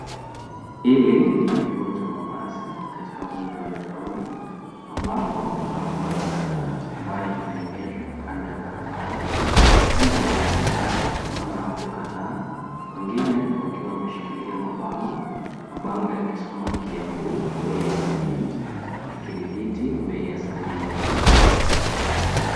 Hiki ni kituo cha mabasi katika mji wa Nairobi, ambapo kuna mabasi kadhaa yaliyopaki kando ya barabara. Kando ya mabasi haya, tunaona watu kadhaa, baadhi yao wakiwa wameshika mabango yanayosoma "Kiambu – bei 70" na "Kirigiti – bei 70".